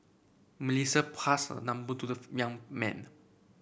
Melissa passed her number to the young man